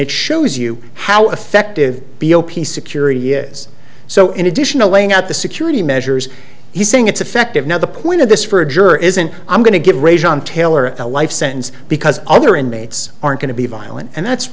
it shows you how effective b o p security is so in addition to laying out the security measures he's saying it's effective now the point of this for a juror isn't i'm going to get raised on taylor a life sentence because other inmates are going to be violent and that's